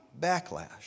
backlash